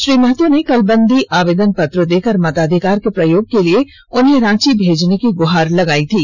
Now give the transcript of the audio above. श्री महतो ने कल बेंदी आवेदन पत्र देकर मताधिकार के प्रयोग के लिए उन्हें रांची भेजने की गुहार लगाई थी